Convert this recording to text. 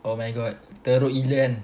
oh my god teruk